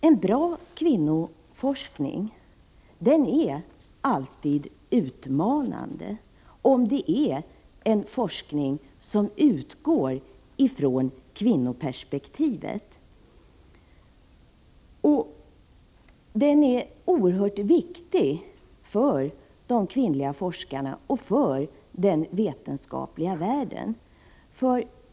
En bra kvinnoforskning är alltid utmanande, om det är en forskning som utgår från kvinnoperspektivet. Den är oerhört viktig för de kvinnliga forskarna och för den vetenskapliga världen.